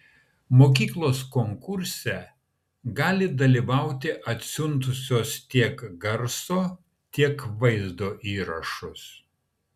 mokyklos konkurse gali dalyvauti atsiuntusios tiek garso tiek vaizdo įrašus